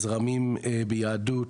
הזרמים ביהדות,